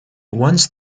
once